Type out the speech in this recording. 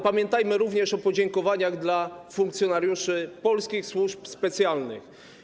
Pamiętajmy również o podziękowaniach dla funkcjonariuszy polskich służb specjalnych.